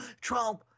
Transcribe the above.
Trump